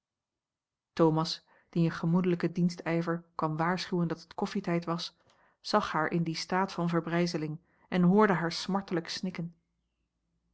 thomas die in gemoedelijken dienstijver kwam waarschuwen a l g bosboom-toussaint langs een omweg dat het koffietijd was zag haar in dien staat van verbrijzeling en hoorde haar smartelijk snikken